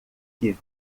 que